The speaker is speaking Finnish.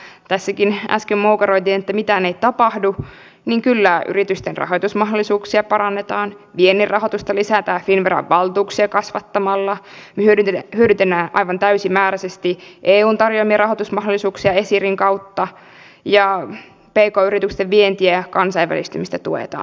ja vaikka tässäkin äsken moukaroitiin että mitään ei tapahdu niin kyllä yritysten rahoitusmahdollisuuksia parannetaan viennin rahoitusta lisätään finnveran valtuuksia kasvattamalla hyödynnetään aivan täysimääräisesti eun tarjoamia rahoitusmahdollisuuksia esirin kautta ja pk yritysten vientiä ja kansainvälistymistä tuetaan